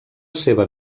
seva